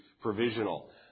provisional